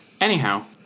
Anyhow